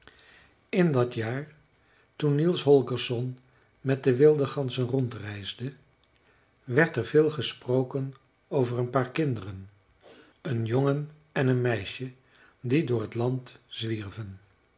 in dat jaar toen niels holgersson met de wilde ganzen rondreisde werd er veel gesproken over een paar kinderen een jongen en een meisje die door het land zwierven